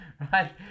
Right